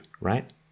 right